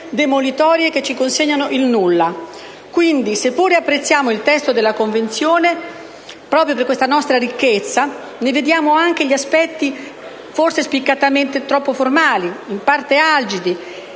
demolitorie che ci consegnano il nulla. Seppur apprezziamo il testo della Convenzione, proprio per questa ricchezza ne vediamo anche gli aspetti forse troppo formali e in parte algidi